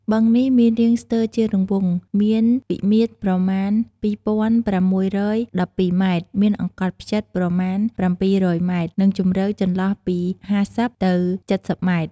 បឹងនេះមានរាងស្ទើរជារង្វង់ មានវិមាត្រប្រមាណ ពីរពាន់ប្រាំមួយរយដប់ពីរម៉ែត្រ មានអង្កត់ផ្ចឹតប្រមាណ ប្រាំបីរយម៉ែត្រ និងជម្រៅចន្លោះពីហាសិប ទៅ ចិតសិបម៉ែត្រ។